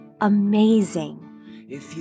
amazing